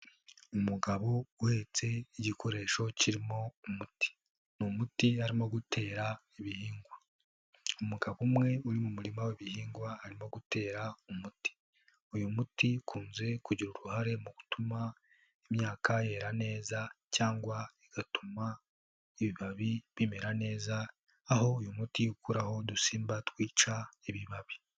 Umugabo uhetse igikoresho kirimo umuti. Ni umuti arimo gutera ibihingwa. Umugabo umwe uri mu murima w'ibihingwa arimo gutera umuti. Uyu muti ukunze kugira uruhare mu gutuma imyaka yera neza, cyangwa igatuma ibibabi bimera neza, aho uyu muti ukuraho udusimba twica ibibabi.